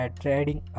trading